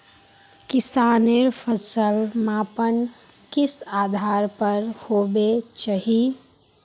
किसानेर फसल मापन किस आधार पर होबे चही?